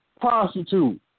prostitute